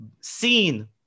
seen